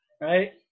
right